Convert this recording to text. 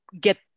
get